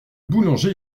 boulanger